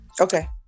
Okay